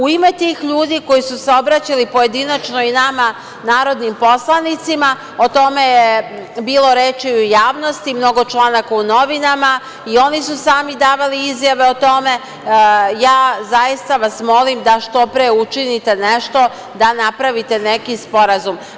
U ime tih ljudi koji su se obraćali pojedinačno i nama narodnim poslanicima, o tome je bilo reči i u javnosti, mnogo članaka u novinama, i oni su sami davali izjave o tome, ja zaista vas molim da što pre učinite nešto da napravite neki sporazum.